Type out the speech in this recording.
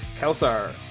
Kelsar